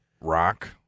rock